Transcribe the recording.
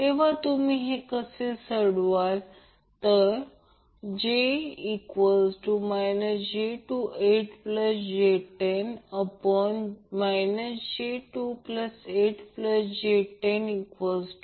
जेव्हा तुम्ही हे सोडववाल Z j28j10 j28j100